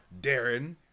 Darren